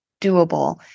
doable